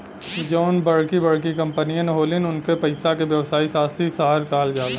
जउन बड़की बड़की कंपमीअन होलिन, उन्कर पइसा के व्यवसायी साशी कहल जाला